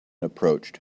approached